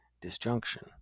disjunction